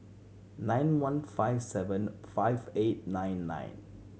nine one five seven five eight nine nine